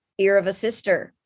earofasister